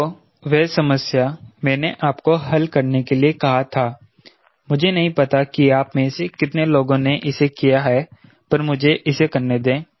तो वह समस्या मैंने आपको हल करने के लिए कहा था मुझे नहीं पता कि आप में से कितने लोगों ने इसे किया है पर मुझे इसे करने दें